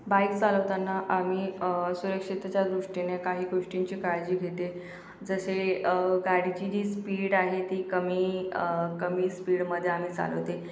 bike चालवताना आम्ही सुरक्षिततेच्या दृष्टीने काही गोष्टींची काळजी घेते जसे गाडीची जी स्पीड आहे ती कमी कमी स्पीडमध्ये आम्ही चालवते